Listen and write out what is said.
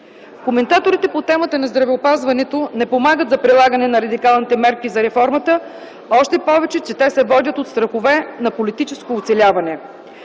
Коментаторите по темата на здравеопазването не помагат за прилагане на радикалните мерки за реформата, още повече, че се водят от страхове на политическо оцеляване.